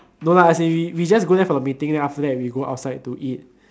no lah as in we we just go there for the meeting then after that we go outside to eat